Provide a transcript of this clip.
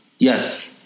Yes